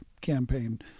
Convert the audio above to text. campaign